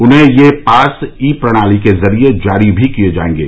उन्हें यह pass e प्रणाली के जरिए जारी भी किए जाएंगे